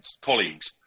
colleagues